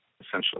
essentially